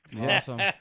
Awesome